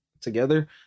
together